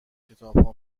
کتابها